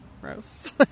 Gross